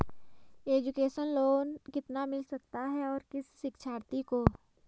Education loan कितना मिल सकता है और किस शिक्षार्थी को?